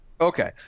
Okay